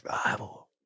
Survival